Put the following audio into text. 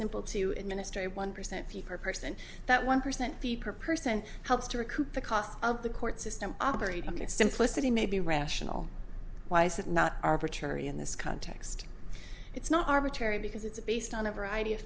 simple to administer a one percent fee for person that one percent fee per person helps to recoup the cost of the court system operate on its simplicity may be rational why is that not arbitrary in this context it's not arbitrary because it's based on a variety of